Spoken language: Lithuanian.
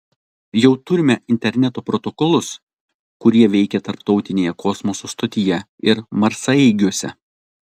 jau turime interneto protokolus kurie veikia tarptautinėje kosmoso stotyje ir marsaeigiuose